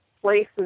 places